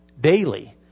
daily